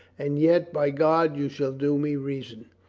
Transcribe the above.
and yet, by god, you shall do me reason!